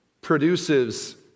produces